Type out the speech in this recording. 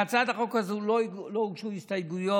להצעת החוק הזאת לא הוגשו הסתייגויות,